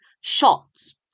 shots